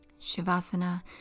Shavasana